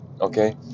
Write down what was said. okay